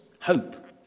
hope